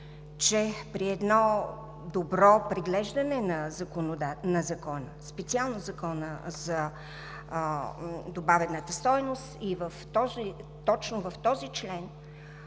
че при едно добро преглеждане на закона – специално Закона за данък добавена стойност, и точно в този член,